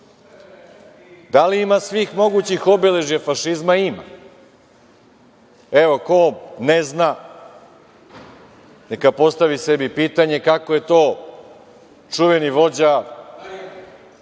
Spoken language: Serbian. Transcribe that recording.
li ima svih mogućih obeležja fašizma? Ima. Evo, ko ne zna, neka postavi sebi pitanje – kako je to čuveni vođa